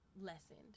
lessened